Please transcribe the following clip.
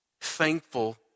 Thankful